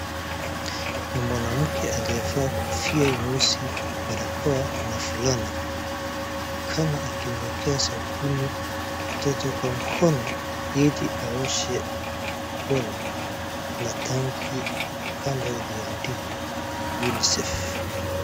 Ni mwanamke aliyefaa kofia nyeusi, barakoa na fulana. Anaonekana akimwekea sabuni mtoto kwa mkono, ili aoshe mkono na tanki ya kando iliyoandikwa UNICEF.